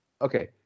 Okay